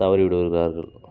தவறிவிடுகிறார்கள்